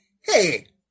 hey